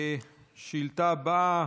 השאילתה הבאה,